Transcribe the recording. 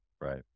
Right